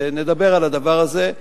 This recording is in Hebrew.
ונדבר על הדבר הזה.